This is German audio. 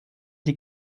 die